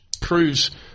proves